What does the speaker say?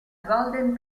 golden